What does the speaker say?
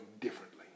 differently